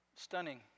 stunning